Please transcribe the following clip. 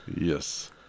Yes